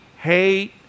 hate